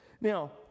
Now